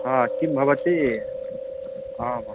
हा किं भवति आमां